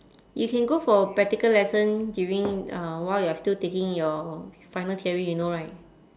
you can go for practical lesson during uh while you are still taking your final theory you know right